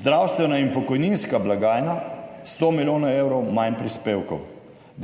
Zdravstvena in pokojninska blagajna 100 milijonov evrov manj prispevkov,